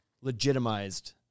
legitimized